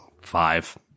Five